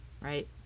Right